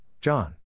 John